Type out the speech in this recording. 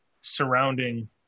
surrounding